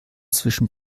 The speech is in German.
zwischen